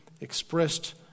expressed